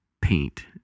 paint